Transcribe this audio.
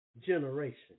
generation